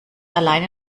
alleine